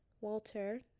Walter